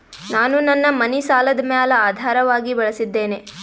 ನಾನು ನನ್ನ ಮನಿ ಸಾಲದ ಮ್ಯಾಲ ಆಧಾರವಾಗಿ ಬಳಸಿದ್ದೇನೆ